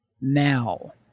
Now